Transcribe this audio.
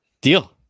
Deal